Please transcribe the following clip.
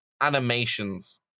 animations